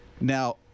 Now